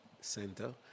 center